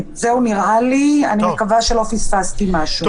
נראה לי שעד כאן, אני מקווה שלא פספסתי משהו.